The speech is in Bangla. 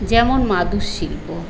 যেমন মাদুর শিল্প